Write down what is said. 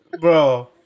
Bro